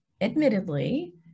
admittedly